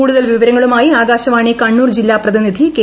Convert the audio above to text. കൂടുതൽ വിവരങ്ങളുമായി ആകാശവാണി കണ്ണൂർ ജില്ലാ പ്രതിനിധി കെ